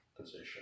position